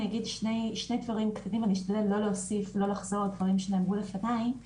אני אשתדל לא לחזור על דברים שאמרו לפניי.